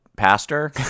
pastor